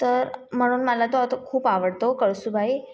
तर म्हणून मला तो तर खूप आवडतो कळसूबाई